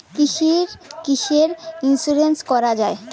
কিসের কিসের ইন্সুরেন্স করা যায়?